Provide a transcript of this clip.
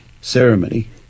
ceremony